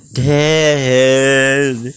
dead